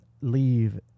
leave